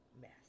mess